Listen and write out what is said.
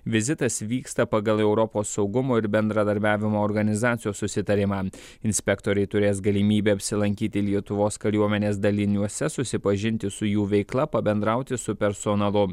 vizitas vyksta pagal europos saugumo ir bendradarbiavimo organizacijos susitarimą inspektoriai turės galimybę apsilankyti lietuvos kariuomenės daliniuose susipažinti su jų veikla pabendrauti su personalu